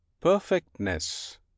Perfectness